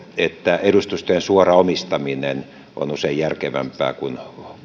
että edustustojen suora omistaminen on usein järkevämpää kuin